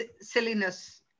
silliness